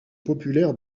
populaire